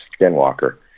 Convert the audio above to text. Skinwalker